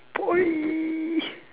boy